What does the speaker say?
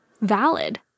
valid